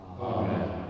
Amen